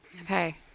Okay